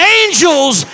angels